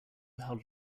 how